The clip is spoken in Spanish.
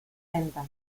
venta